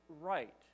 right